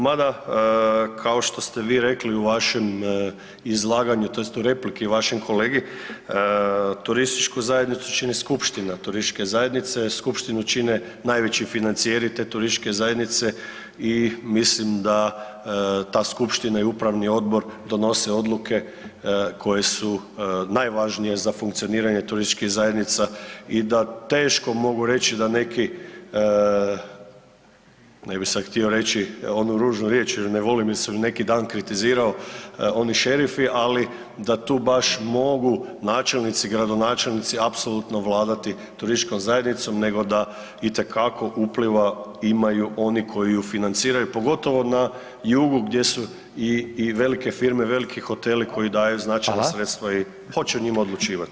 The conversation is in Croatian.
Mada kao što ste vi rekli u vašem izlaganju tj. u repliki vašem kolegi, turističku zajednicu čini skupština turističke zajednica, skupštinu čine najveći financijeri te turističke zajednice i mislim da ta skupština i upravni odbor donose odluke koje su najvažnije za funkcioniranje turističkih zajednica i da teško mogu reći da neki, ne bi sad htio reći onu ružnu riječ jer ju ne volim jer sam ju neki dan kritizirao oni šerifi, ali da tu baš mogu načelnici i gradonačelnici apsolutno vladati turističkom zajednicom nego da itekako upliva imaju oni koji ju financiraju, pogotovo na jugu gdje su i, i velike firme i veliki hoteli koji daju značajna [[Upadica: Hvala]] sredstva i hoće o njima odlučivati.